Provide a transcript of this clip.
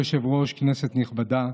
כבוד היושב-ראש, כנסת נכבדה,